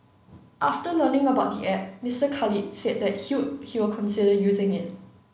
after learning about the app Mister Khalid said that he would he will consider using it